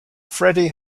freddie